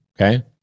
okay